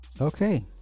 okay